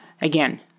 again